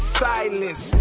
silence